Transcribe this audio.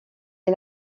est